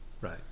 Right